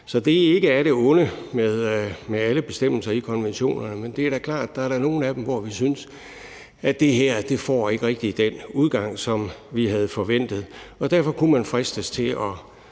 Så det er ikke af det onde med alle bestemmelser i konventionerne. Men det er da klart, at der er nogle af dem, som vi synes ikke rigtig får den udgang, som vi havde forventet. Derfor kunne man fristes til at